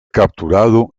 capturado